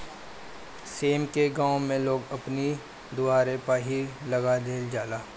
सेम के गांव में लोग अपनी दुआरे पअ ही लगा देहल जाला